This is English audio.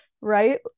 right